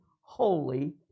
holy